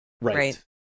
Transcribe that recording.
Right